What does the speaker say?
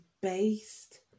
based